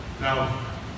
Now